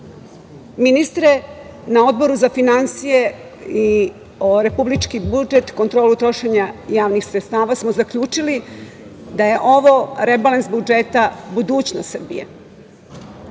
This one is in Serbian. ministre na Odboru za finansije, republički budžet i kontrolu trošenja javnih sredstava smo zaključili da je ovo rebalans budžeta budućnost